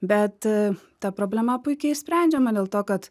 bet ta problema puikiai išsprendžiama dėl to kad